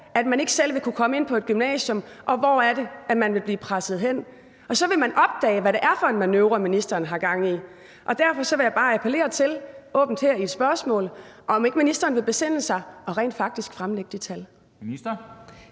at man ikke selv vil kunne komme ind på et gymnasium, og hvor det er, at man vil blive presset hen. Og så vil man opdage, hvad det er for en manøvre, ministeren har gang i, og derfor vil jeg bare her åbent i mit spørgsmål appellere til, at ministeren vil besinde sig og rent faktisk fremlægge de tal.